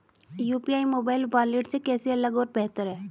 UPI mobile wallet से कैसे अलग और बेहतर है?